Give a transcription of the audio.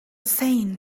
saying